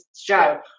Joe